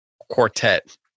quartet